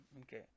Okay